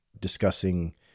discussing